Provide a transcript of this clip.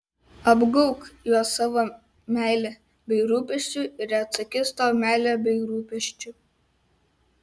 apgaubk juos savo meile bei rūpesčiu ir jie atsakys tau meile bei rūpesčiu